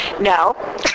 No